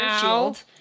shield